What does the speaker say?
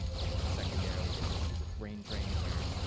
and secondarily, there's issues of brain drain where,